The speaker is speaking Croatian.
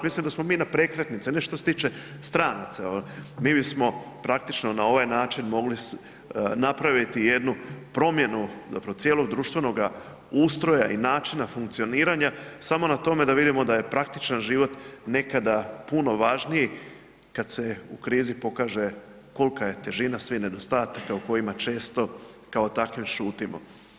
Mislim da smo mi na prekretnici, ne što se tiče stranaca, mi bismo praktično na ovaj način mogli napraviti jednu promjenu, zapravo cijelog društvenoga ustroja i načina funkcioniranja samo na tome da vidimo da je praktičan život nekada puno važniji, kad se u krizi pokaže kolika je težina svih nedostataka u kojima često kao takvim šutimo.